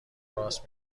راست